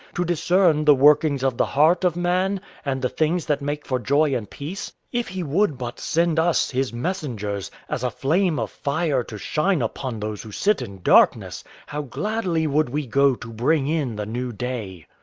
to discern the workings of the heart of man and the things that make for joy and peace if he would but send us, his messengers, as a flame of fire to shine upon those who sit in darkness, how gladly would we go to bring in the new day!